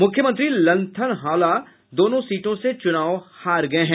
मुख्यमंत्री ललथनहावला दोनों सीटों से चुनाव हार गए हैं